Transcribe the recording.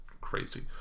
crazy